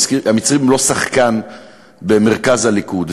המצרים הם לא שחקן במרכז הליכוד,